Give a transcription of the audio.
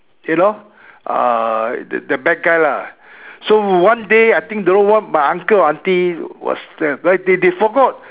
you know uh the the bad guy lah so one day I think don't know what my uncle or auntie was there well they they forget